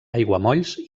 aiguamolls